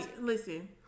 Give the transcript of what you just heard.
listen